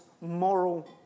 moral